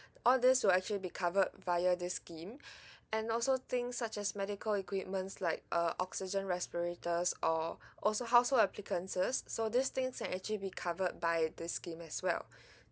all these will actually be covered via this scheme and also things such as medical equipments like uh oxygen respirators or also household applicants so these things are actually be covered by this scheme as well